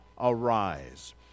Arise